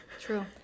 True